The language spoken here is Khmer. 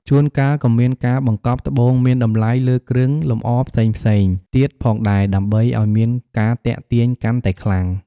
ជួនកាលក៏មានការបង្កប់ត្បូងមានតម្លៃលើគ្រឿងលម្អផ្សេងៗទៀតផងដែរដើម្បីអោយមានការទាក់ទាញកាន់តែខ្លាំង។